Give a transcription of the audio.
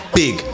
big